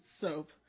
soap